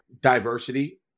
diversity